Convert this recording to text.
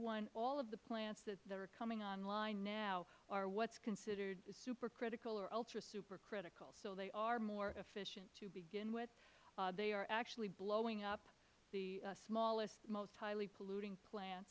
one all of the plants that are coming on line now are what is considered super critical or ultra super critical so they are more efficient to begin with they are actually blowing up the smallest most highly polluting plant